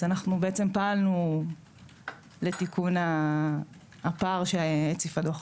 אז אנחנו בעצם פעלנו לתיקון הפער שהציף הדוח.